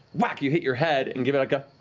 whack! you hit your head and give out and